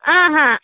ಹಾಂ ಹಾಂ